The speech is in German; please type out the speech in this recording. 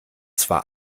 zwar